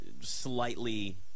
slightly